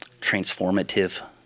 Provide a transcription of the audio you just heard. transformative